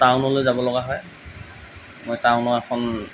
টাউনলৈ যাব লগা হয় মই টাউনৰ এখন